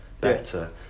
better